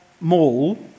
mall